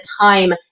time